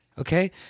Okay